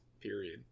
period